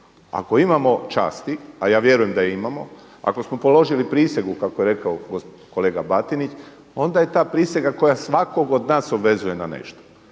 Ako imamo časti, a ja vjerujem da imamo, ako smo položili prisegu kako je rekao kolega Batinić onda je ta prisega koja svakog od nas obvezuje na nešto.